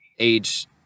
Age